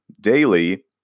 daily